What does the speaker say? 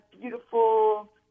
beautiful